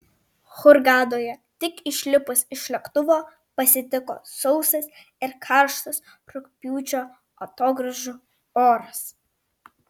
hurgadoje tik išlipus iš lėktuvo pasitiko sausas ir karštas rugpjūčio atogrąžų oras